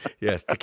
yes